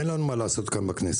אין לנו מה לעשות כאן בכנסת.